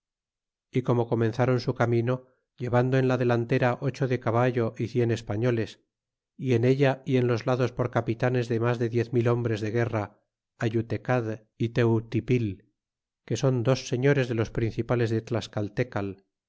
e como comenzaron su camino llevando en la delantera ocho de caballo y cien españoles y en ella y ea los lados por capitanes de mas de diez mil hombres de guerra yutecad y teutipil que son dos señores de los principales de tascaltecal